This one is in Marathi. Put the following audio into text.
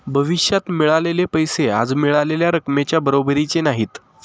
भविष्यात मिळालेले पैसे आज मिळालेल्या रकमेच्या बरोबरीचे नाहीत